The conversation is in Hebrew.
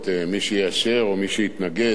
הכנסת תתבקש לאשר